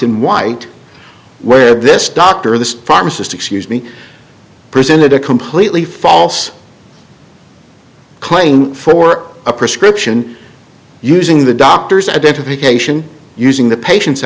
in white where this doctor the pharmacist excuse me presented a completely false claim for a prescription using the doctor's identification using the patien